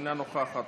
אינה נוכחת,